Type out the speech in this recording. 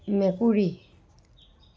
মেকুৰী